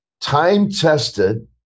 time-tested